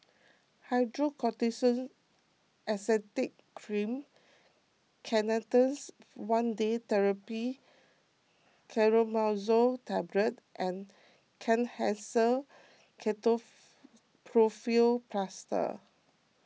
Hydrocortisone Acetate Cream Canestens one Day therapy Clotrimazole Tablet and Kenhancer Plaster